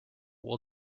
will